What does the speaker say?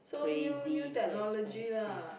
crazy so expensive